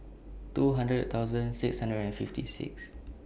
two hundred thousand six hundred and fifty six